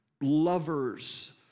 lovers